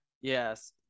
Yes